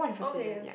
okay okay